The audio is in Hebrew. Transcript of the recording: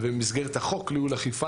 ובמסגרת חוק ניהול אכיפה,